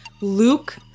Luke